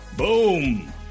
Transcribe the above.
Boom